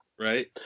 right